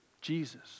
Jesus